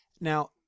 now